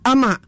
Ama